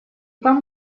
там